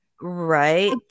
right